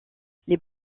les